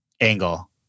angle